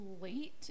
late